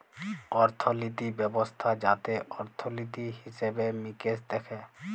অর্থলিতি ব্যবস্থা যাতে অর্থলিতি, হিসেবে মিকেশ দ্যাখে